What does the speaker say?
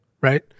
right